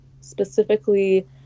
specifically